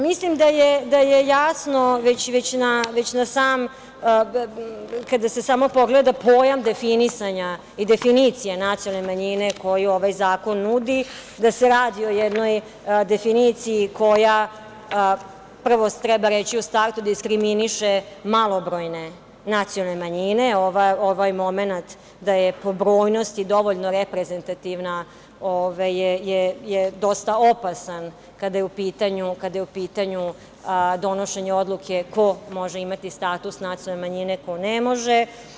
Mislim da je jasno, već kada se samo pogleda pojam definisanja i definicije nacionalne manjine koju ovaj zakon nudi, da se radi o jednoj definiciji koja, prvo treba reći u startu, diskriminiše malobrojne nacionalne manjine, ovaj momenat da je po brojnosti dovoljno reprezentativna je dosta opasan kada je u pitanju donošenje odluke ko može imati status nacionalne manjine a ko ne može.